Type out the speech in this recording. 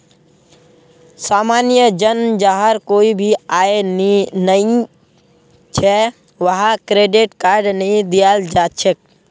सामान्य जन जहार कोई भी आय नइ छ वहाक क्रेडिट कार्ड नइ दियाल जा छेक